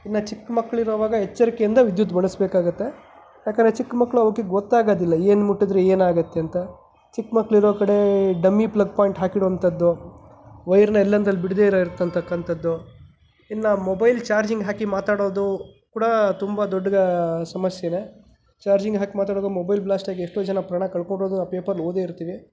ಇನ್ನು ಚಿಕ್ಕ ಮಕ್ಳು ಇರೋವಾಗ ಎಚ್ಚರಿಕೆಯಿಂದ ವಿದ್ಯುತ್ ಬಳಸ್ಬೇಕಾಗುತ್ತೆ ಯಾಕಂದ್ರೆ ಚಿಕ್ಕ ಮಕ್ಕಳು ಅವುಕ್ಕೆ ಗೊತ್ತಾಗೋದಿಲ್ಲ ಏನು ಮುಟ್ಟಿದ್ರೆ ಏನು ಆಗುತ್ತೆ ಅಂತ ಚಿಕ್ಕ ಮಕ್ಳು ಇರೋ ಕಡೆ ಡಮ್ಮಿ ಪ್ಲಗ್ ಪಾಯಿಂಟ್ ಹಾಕಿಡೋವಂಥದ್ದು ವೈರ್ನ ಎಲ್ಲೆಂದ್ರಲ್ಲಿ ಬಿಡದೆ ಇರತಕ್ಕಂಥದ್ದು ಇನ್ನು ಮೊಬೈಲ್ ಚಾರ್ಜಿಂಗ್ ಹಾಕಿ ಮಾತಾಡೋದು ಕೂಡ ತುಂಬ ದೊಡ್ಡ ಸಮಸ್ಯೇನೆ ಚಾರ್ಜಿಂಗ್ ಹಾಕಿ ಮಾತಾಡೋದು ಮೊಬೈಲ್ ಬ್ಲಾಸ್ಟ್ ಆಗಿ ಎಷ್ಟೋ ಜನ ಪ್ರಾಣ ಕಳ್ಕೋಬೋದು ಪೇಪರ್ಲ್ಲಿ ಓದೇ ಇರ್ತೀವಿ